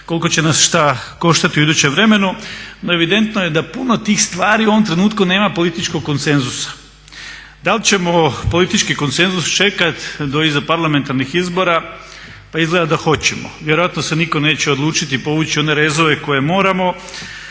koliko će nas šta koštati u idućem vremenu, no evidentno je da puno tih stvari u ovom trenutku nema političkog konsenzusa. Dal ćemo politički konsenzus čekat do iza parlamentarnih izbora pa izgleda da hoćemo. Vjerojatno se nitko neće odlučiti povući one rezove koje moramo,